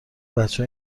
بچه